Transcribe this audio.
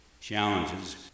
challenges